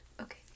okay